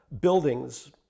buildings